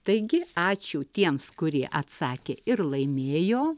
taigi ačiū tiems kurie atsakė ir laimėjo